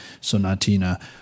Sonatina